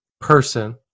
person